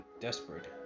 desperate